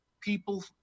people